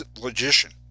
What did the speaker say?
logician